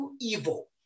evil